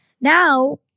Now